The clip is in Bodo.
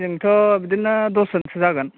जोंथ' बिदिनो दसज'नसो जागोन